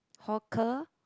hawker